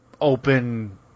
open